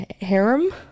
harem